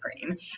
cream